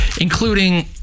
including